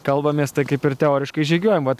kalbamės tai kaip ir teoriškai žygiuojam vat